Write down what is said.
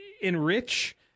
enrich